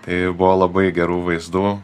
tai buvo labai gerų vaizdų